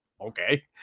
okay